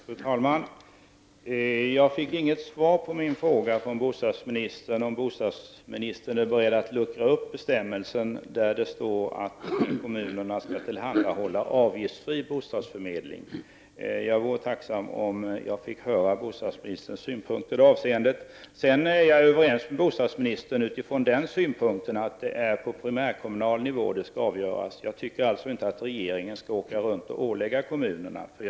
Fru talman! Jag fick inget svar på min fråga, om bostadsministern är beredd att luckra upp bestämmelsen om att kommunerna skall tillhandahålla avgiftsfri bostadsförmedling. Jag vore tacksam om jag finge höra bostadsministerns synpunkter. Jag är överens med bostadsministern om att det är på primärkommunal nivå som frågorna skall avgöras. Jag tycker alltså inte att regeringsledamöter skall åka runt och ålägga kommunerna någonting.